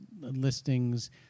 listings